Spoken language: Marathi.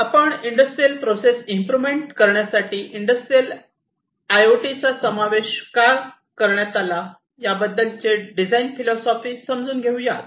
आपण इंडस्ट्रियल प्रोसेस इम्प्रोवमेंट करण्यासाठी इंडस्ट्रियल आय ओ टीचा समावेश का करण्यात आला या बद्दलचे डिझाईन फिलोसोफी समजून घेऊयात